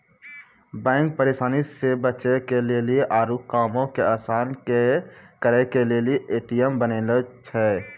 bank परेशानी से बचे के लेली आरु कामो के असान करे के लेली ए.टी.एम बनैने छै